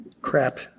crap